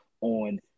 on